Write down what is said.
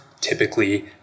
typically